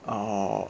orh